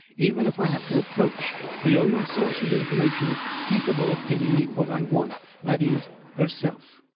even if i have to approach the only source of information capable of giving me what i want that is, herself.